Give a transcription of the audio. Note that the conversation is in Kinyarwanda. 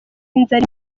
inzara